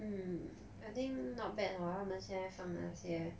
mm I think not bad hor 他们现在放那些